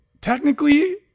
technically